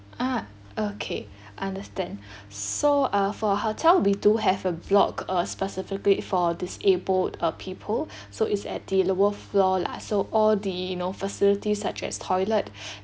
ah okay understand so uh for hotel we do have a block uh specifically for disabled uh people so is at the lower floor lah so all the you know facilities such as toilet